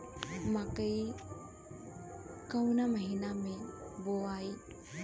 मकई कवना महीना मे बोआइ?